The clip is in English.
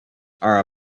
are